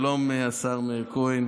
שלום, השר מאיר כהן.